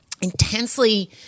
intensely